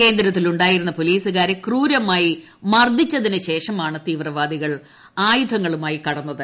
കേന്ദ്രത്തിലുണ്ടായിരുന്ന പോലീസുകാരെ ക്രൂരമായി മർദ്ദിച്ചതിനുശേഷമാണ് തീവ്രവാദികൾ ആയുധങ്ങളുമായി കടന്നത്